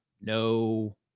No